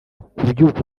kubyuka